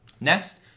Next